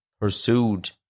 pursued